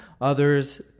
others